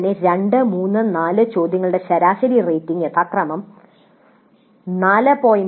അതുപോലെ തന്നെ 2 3 4 ചോദ്യങ്ങളുടെ ശരാശരി റേറ്റിംഗ് യഥാക്രമം 4